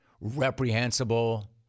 reprehensible